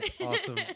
awesome